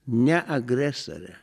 ne agresore